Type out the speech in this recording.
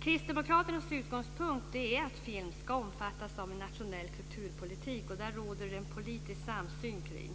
Kristdemokraternas utgångspunkt är att film ska omfattas av en nationell kulturpolitik. Det råder det en politisk samsyn kring.